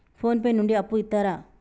Phone pay నుండి అప్పు ఇత్తరా?